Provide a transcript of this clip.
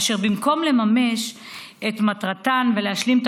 אשר במקום לממש את מטרתן ולהשלים את